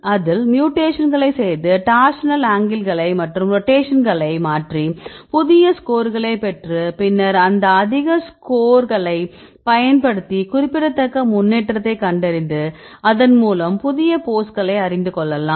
அதில் மியூடேக்ஷன்களை செய்து டார்சினல் ஆங்கிள்களை மற்றும் ரொட்டேஷன்களை மாற்றி புதிய ஸ்கோர்களை பெற்று பின்னர் இந்த அதிக ஸ்கோர் களை பயன்படுத்தி குறிப்பிடத்தக்க முன்னேற்றத்தை கண்டறிந்து அதன்மூலம் புதிய போஸ்களை அறிந்து கொள்ளலாம்